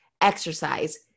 exercise